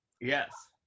Yes